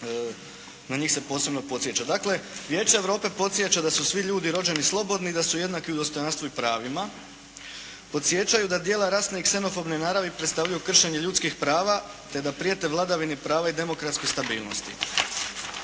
na njim se posebno podsjeća. Dakle, Vijeće Europe podsjeća da su svi ljudi rođeni slobodni i da su jednaki u dostojanstvu i pravima. Podsjećaju da djela rasne i ksenofobne naravi predstavljaju kršenje ljudskih prava te da prijete vladavini prava i demokratskoj stabilnosti.